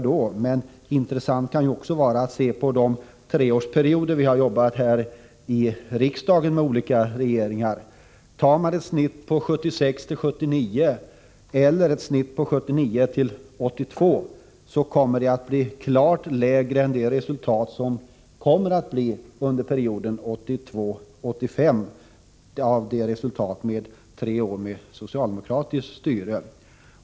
Det kan också vara intressant att se på de treårsperioder när vi har arbetat här i riksdagen med olika regeringar. Studerar man genomsnittssiffrorna för arbetslösheten under åren 1976-1979 eller 1979-1982 finner man att det är klart lägre siffror än vad det kommer att bli under perioden 1982-1985, alltså under tre år med socialdemokratiskt styre.